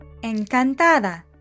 Encantada